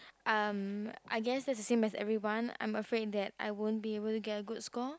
um I guess is the same as everyone I am afraid that I won't be able to get a good score